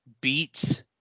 beats